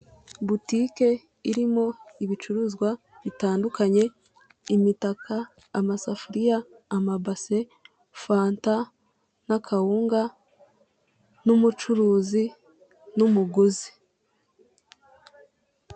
Butike irimo ibicuruzwa bitandukanye; imitaka, amasafuriya, amabase ,fanta, na kawunga n'umucuruzi n'umuguzi.